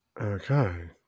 Okay